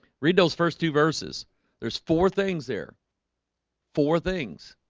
read those first two verses there's four things there four things